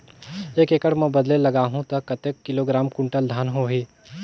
एक एकड़ मां बदले लगाहु ता कतेक किलोग्राम कुंटल धान होही?